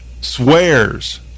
swears